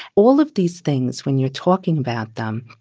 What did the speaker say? all of these things, when you're talking about them,